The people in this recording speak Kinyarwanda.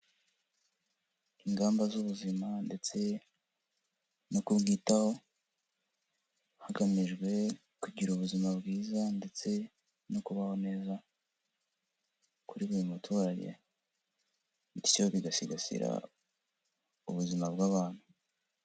Ingamba z'ubuzima ndetse no kubwitaho, hagamijwe kugira ubuzima bwiza ndetse no kubaho neza kuri buri muturage, bityo bigasigasira ubuzima bw'abantu.